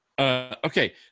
okay